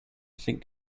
think